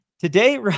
Today